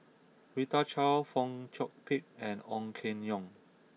Rita Chao Fong Chong Pik and Ong Keng Yong